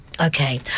Okay